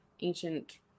ancient